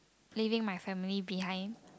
leaving my family behind